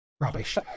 rubbish